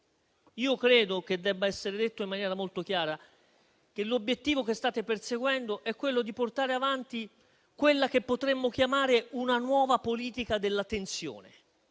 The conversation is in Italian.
Credo che debba essere detto in maniera molto chiara che l'obiettivo che state perseguendo è quello di portare avanti quella che potremmo chiamare una nuova politica della tensione: